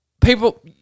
people